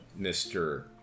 Mr